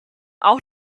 auch